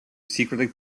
secretly